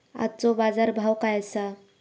आजचो बाजार भाव काय आसा?